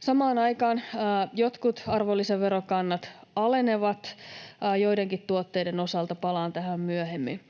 Samaan aikaan jotkut arvonlisäverokannat alenevat joidenkin tuotteiden osalta. Palaan tähän myöhemmin.